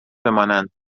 بمانند